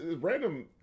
random